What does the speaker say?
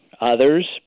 others